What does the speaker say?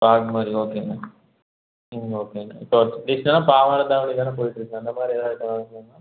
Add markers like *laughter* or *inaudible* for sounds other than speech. frock மாதிரி ஓகேங்கண்ணா ம் ஓகேங்கண்ணா இப்போ *unintelligible* பாவடை தாவணி போய்ட்டுருக்குது அந்த மாதிரி வேறு எதாவது *unintelligible*